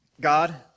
God